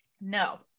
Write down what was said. No